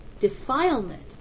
defilement